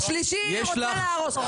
השלישי רוצה להרוס.